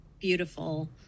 beautiful